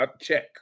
check